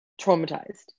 traumatized